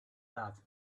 that